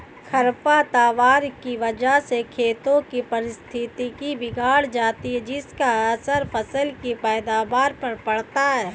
खरपतवार की वजह से खेतों की पारिस्थितिकी बिगड़ जाती है जिसका असर फसल की पैदावार पर पड़ता है